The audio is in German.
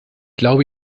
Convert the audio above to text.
glaube